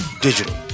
Digital